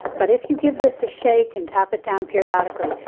but if you give this a shake and tap it down periodically,